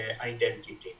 identity